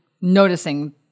noticing